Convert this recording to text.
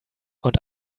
und